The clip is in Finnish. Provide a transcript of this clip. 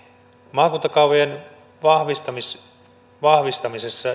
maakuntakaavojen vahvistamisessa vahvistamisessa